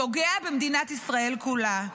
פוגע במדינת ישראל כולה.